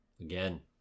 Again